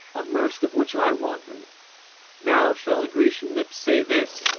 amerced of which i wandered now shall grecian lips say this,